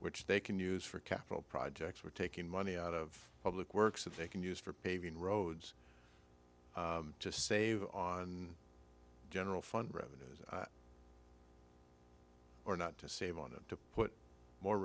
which they can use for capital projects we're taking money out of public works that they can use for paving roads to save on general fund revenues or not to save on it to put more